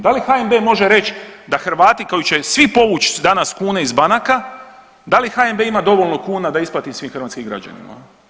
Da li HNB može reći da Hrvati koji će svi povući danas kune iz banaka da li HNB ima dovoljno kuna da isplati svim hrvatskim građanima?